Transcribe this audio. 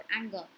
anger